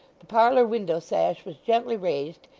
the parlour window-sash was gently raised,